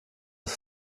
des